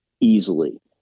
easily